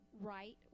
right